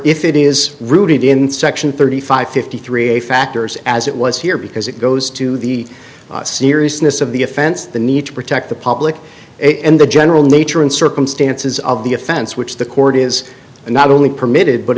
if it is rooted in section thirty five fifty three factors as it was here because it goes to the seriousness of the offense the need to protect the public and the general nature and circumstances of the offense which the court is not only permitted but